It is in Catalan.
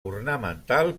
ornamental